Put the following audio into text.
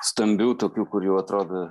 stambių tokių kur jau atrodo